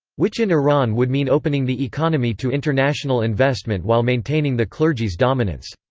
which in iran would mean opening the economy to international investment while maintaining the clergy's dominance.